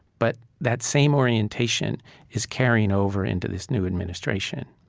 but that same orientation is carrying over into this new administration.